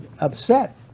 upset